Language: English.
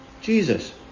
Jesus